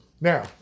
Now